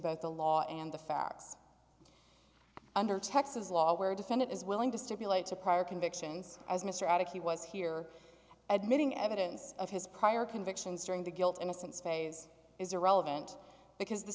both the law and the facts under texas law where a defendant is willing to stipulate to prior convictions as mr addict he was here admitting evidence of his prior convictions during the guilt innocence phase is irrelevant because the